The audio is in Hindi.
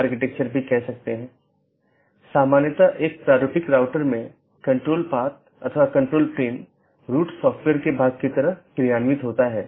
यदि आप याद करें तो हमने एक पाथ वेक्टर प्रोटोकॉल के बारे में बात की थी जिसने इन अलग अलग ऑटॉनमस सिस्टम के बीच एक रास्ता स्थापित किया था